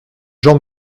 jean